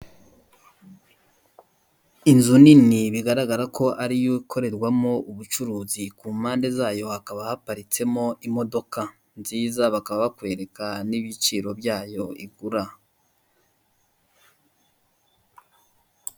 Inzu nini bigaragara ko ari yo ikorerwamo ubucuruzi, ku mpande zayo hakaba haparitsemo imodoka nziza, bakaba bakwereka n'ibiciro byayo igura.